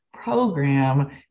program